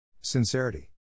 Sincerity